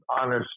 honest